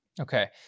Okay